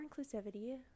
inclusivity